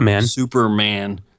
Superman